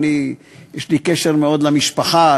ויש לי קשר למשפחה,